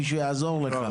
ומישהו יעזור לך.